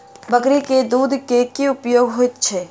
बकरी केँ दुध केँ की उपयोग होइ छै?